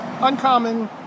Uncommon